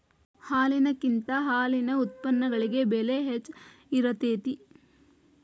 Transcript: ಹಾಲಿನಕಿಂತ ಹಾಲಿನ ಉತ್ಪನ್ನಗಳಿಗೆ ಬೆಲೆ ಹೆಚ್ಚ ಇರತೆತಿ